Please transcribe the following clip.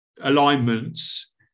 alignments